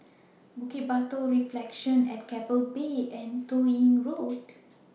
Bukit Batok Reflections At Keppel Bay and Toh Yi Road